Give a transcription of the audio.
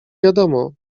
wiadomo